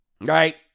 Right